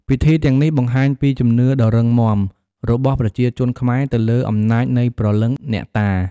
ពិធីទាំងនេះបង្ហាញពីជំនឿដ៏រឹងមាំ របស់ប្រជាជនខ្មែរទៅលើអំណាចនៃព្រលឹងអ្នកតា។